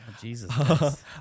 Jesus